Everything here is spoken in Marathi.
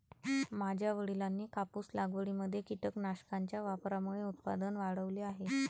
माझ्या वडिलांनी कापूस लागवडीमध्ये कीटकनाशकांच्या वापरामुळे उत्पादन वाढवले आहे